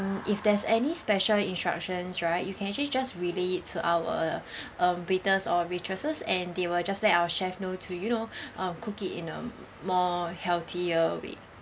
if there's any special instructions right you can actually just relay it to our um waiters or waitresses and they will just let our chef know to you know um cook it in a more healthier way